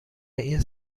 این